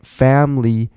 family